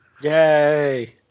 Yay